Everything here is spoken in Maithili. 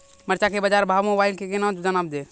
मरचा के बाजार भाव मोबाइल से कैनाज जान ब?